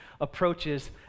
approaches